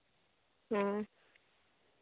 ᱦᱮᱸ